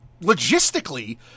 logistically